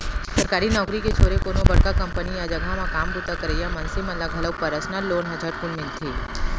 सरकारी नउकरी के छोरे कोनो बड़का कंपनी या जघा म काम बूता करइया मनसे मन ल घलौ परसनल लोन ह झटकुन मिलथे